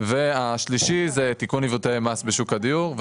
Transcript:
והשני הוא תיקון עיוותי מס בשוק הדיור.